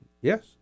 Yes